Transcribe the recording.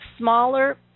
Smaller